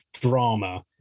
drama